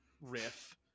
riff